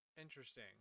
Interesting